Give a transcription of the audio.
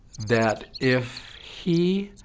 that if he